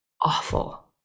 awful